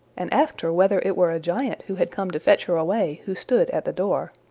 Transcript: and asked her whether it were a giant who had come to fetch her away who stood at the door.